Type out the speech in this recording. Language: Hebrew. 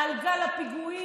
על גל הפיגועים,